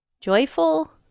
joyful